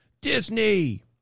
Disney